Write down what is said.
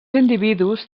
individus